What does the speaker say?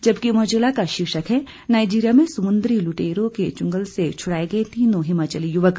जबकि अमर उजाला का शीर्षक है नाइजीरिया में समुद्री लुटेरों के चंगुल से छड़ाए गए तीनों हिमाचली युवक